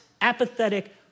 apathetic